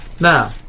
Now